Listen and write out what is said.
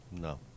no